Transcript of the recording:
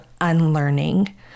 unlearning